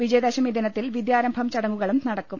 വിജയദശമി ദിനത്തിൽ വിദ്യാരംഭം ചടങ്ങുക ളും നടക്കും